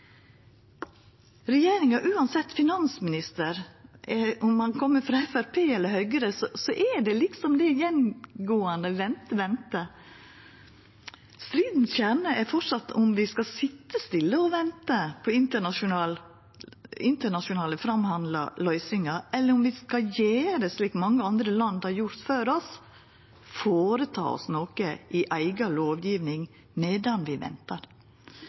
regjeringa, uansett om finansministeren er frå Framstegspartiet eller Høgre, er det som er det gjennomgåande, å venta. Kjernen vi strir om, er om vi framleis skal sitja stille og venta på internasjonalt framforhandla løysingar, eller om vi skal gjera slik som mange land har gjort før oss – føreta oss noko i eiga lovgjeving medan vi ventar.